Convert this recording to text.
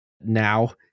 Now